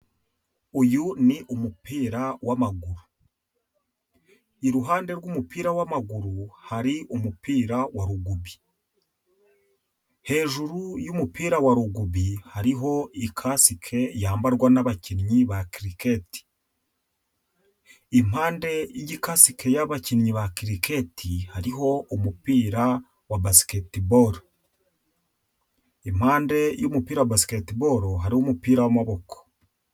Uyu ni umupira w'amaguru, iruhande rw'umupira wamaguru hari umupira wa rugubi, hejuru y'umupira wa rugubi hariho ikasike yambarwa nabakinnyi ba kiriketi, impande yikasike yabakinnyi ba kiriketi, hariho umupira wa basiketibolo, impande y'umupira wa basiketibolo hari umupira w'amaboko.